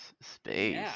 space